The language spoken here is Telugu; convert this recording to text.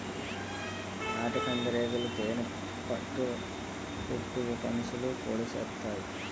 ఆటకందిరీగలు తేనే పట్టు పెట్టవు మనుషులకి పొడిసెత్తాయి